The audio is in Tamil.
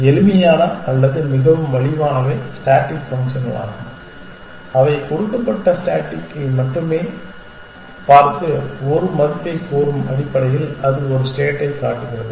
எளிமையான அல்லது மிகவும் மலிவானவை ஸ்டேடிக் ஃபங்க்ஷன்களாகும் அவை கொடுக்கப்பட்ட ஸ்டேட்டை மட்டுமே பார்த்து ஒரு மதிப்பைக் கூறும் அடிப்படையில் அது ஒரு ஸ்டேட்டைக் காட்டுகிறது